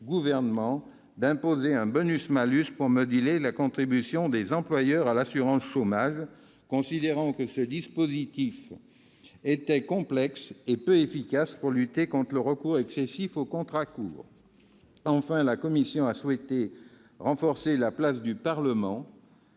Gouvernement d'imposer un bonus-malus pour moduler la contribution des employeurs à l'assurance chômage, considérant que ce dispositif était complexe et peu efficace pour lutter contre le recours excessif aux contrats courts. Enfin, nous avons souhaité renforcer la place du Parlement